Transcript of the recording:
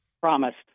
promised